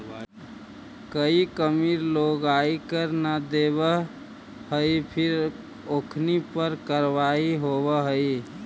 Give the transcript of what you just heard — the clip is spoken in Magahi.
कईक अमीर लोग आय कर न देवऽ हई फिर ओखनी पर कारवाही होवऽ हइ